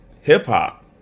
hip-hop